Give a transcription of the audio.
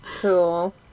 Cool